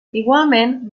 igualment